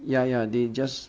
ya ya they just